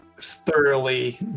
thoroughly